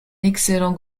excellent